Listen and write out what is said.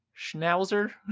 Schnauzer